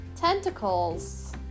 Tentacles